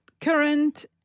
current